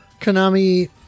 Konami